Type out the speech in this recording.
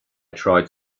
tried